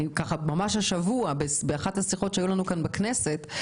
ממש השבוע באחת השיחות שהיו לנו כאן בכנסת,